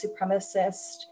supremacist